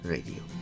Radio